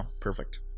Perfect